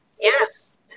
Yes